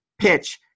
pitch